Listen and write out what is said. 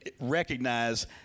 recognize